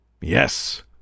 Yes